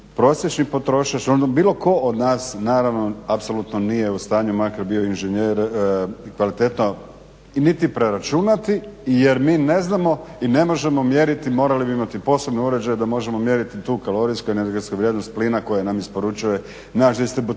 prosječni potrošač, bilo tko od nas apsolutno nije u stanju makar bio inženjer kvalitetno niti preračunati jer mi ne znamo i ne možemo mjeriti morali bi imati posebne uređaje da možemo mjeriti tu kalorijsku energetsku vrijednost plina koji nam isporučuje naš distributer.